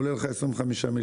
עולה לך 25 מיליון.